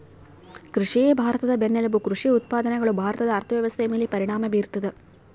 ಕೃಷಿಯೇ ಭಾರತದ ಬೆನ್ನೆಲುಬು ಕೃಷಿ ಉತ್ಪಾದನೆಗಳು ಭಾರತದ ಅರ್ಥವ್ಯವಸ್ಥೆಯ ಮೇಲೆ ಪರಿಣಾಮ ಬೀರ್ತದ